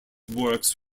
works